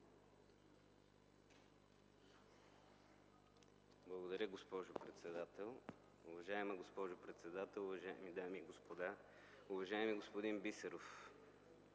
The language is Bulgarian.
уважаема госпожо председател. Уважаема госпожо председател, уважаеми дами и господа! Уважаеми господин Бисеров,